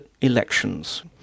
elections